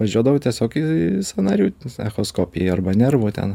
važiuodavau tiesiog į sąnarių echoskopiją arba nervų ten